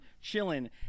chilling